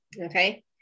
Okay